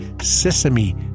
Sesame